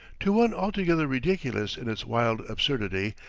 to one altogether ridiculous in its wild absurdity,